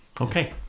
Okay